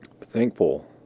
Thankful